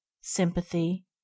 sympathy